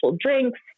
drinks